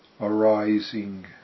arising